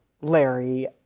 Larry